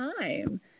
time